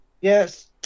Yes